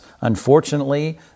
Unfortunately